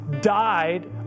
died